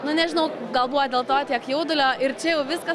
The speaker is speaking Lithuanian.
nu nežinau gal buvo dėl to tiek jaudulio ir čia jau viskas